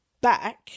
back